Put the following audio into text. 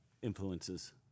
Influences